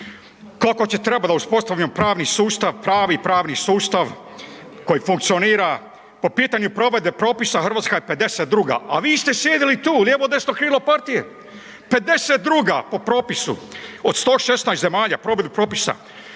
Koliko će trebati da uspostavimo pravni sustav, pravi pravni sustav koji funkcionira? Po pitanju provedbe propisa Hrvatska je 52., a vi ste sjedili tu lijevo, desno krilo partije, 52.po propisu od 116 zemalja provedbi propisa.